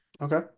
Okay